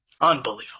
Unbelievable